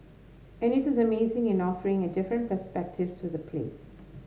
and it the amazing in offering a different perspective to the place